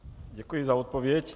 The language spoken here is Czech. Děkuji za odpověď.